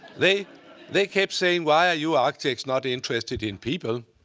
they they kept saying, why are you architects not interested in people?